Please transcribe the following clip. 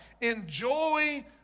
enjoy